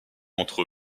entre